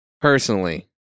personally